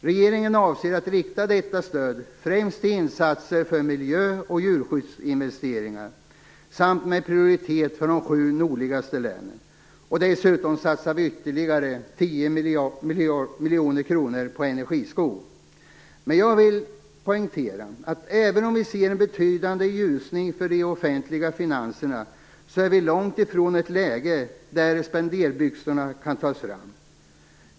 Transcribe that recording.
Regeringen avser att rikta detta stöd främst till insatser för miljö och djurskyddsinvesteringar samt med prioritet för de sju nordligaste länen. Dessutom satsar vi ytterligare 10 miljoner kronor på energiskog. Men jag vill poängtera att även om vi ser en betydande ljusning för de offentliga finanserna så är vi långt ifrån ett läge där spenderbyxorna kan tas fram.